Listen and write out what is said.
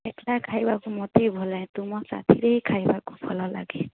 ଏକଲା ଖାଇବାକୁ ମୋତେ ଭଲ ଲାଗେ ତୁମ ସାଥିରେ ଖାଇବାକୁ ଭଲ ଲାଗେ